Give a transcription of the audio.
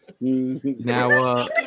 Now